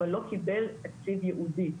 אבל לא קיבל תפקיד ייעודי.